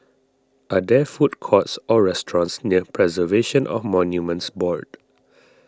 are there food courts or restaurants near Preservation of Monuments Board